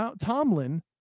Tomlin